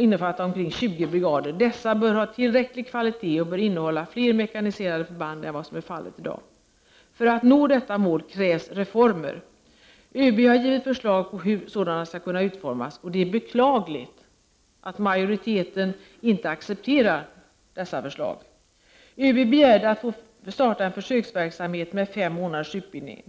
innefatta omkring 20 brigader. Dessa bör ha tillräcklig kvalitet och bör innehålla fler mekaniserade förband än vad som är fallet i dag. För att nå detta mål krävs reformer. ÖB har givit förslag på hur sådana skall kunna utformas, och det är beklagligt att majoriteten inte accepterar dessa förslag. ÖB begärde att få starta en försöksverksamhet med fem månaders utbildning.